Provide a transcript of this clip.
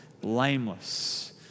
Blameless